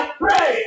pray